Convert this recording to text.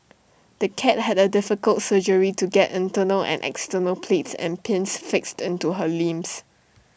the cat had A difficult surgery to get internal and external plates and pins fixed into her limbs